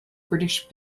british